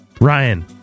Ryan